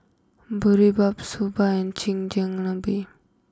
Boribap Soba and Chigenabe